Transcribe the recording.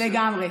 לגמרי.